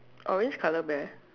orange colour bear